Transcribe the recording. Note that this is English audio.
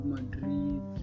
Madrid